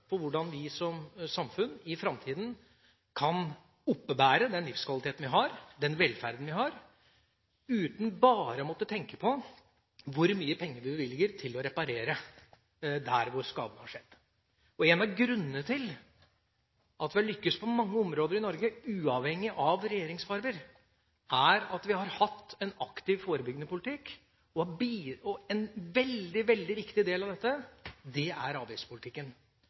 Hvordan kan vi som samfunn oppebære i framtida den livskvaliteten og den velferden vi har – uten bare å måtte tenke på hvor mye penger vi bevilger til å reparere der hvor skaden har skjedd? En av grunnene til at vi har lyktes på mange områder i Norge, uavhengig av regjeringsfarger, er at vi har hatt en aktiv, forebyggende politikk. En veldig viktig del av dette er avgiftspolitikken på mange områder – det være seg tobakk, alkohol, matvarer og desslike. Derfor er